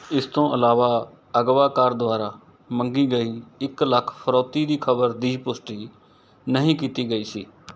ਇਸ ਤੋਂ ਇਲਾਵਾ ਅਗਵਾਕਾਰ ਦੁਆਰਾ ਮੰਗੀ ਗਈ ਇੱਕ ਲੱਖ ਫਿਰੌਤੀ ਦੀ ਖ਼ਬਰ ਦੀ ਪੁਸ਼ਟੀ ਨਹੀਂ ਕੀਤੀ ਗਈ ਸੀ